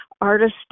Artist